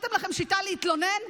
מצאתם לכם שיטה, להתלונן?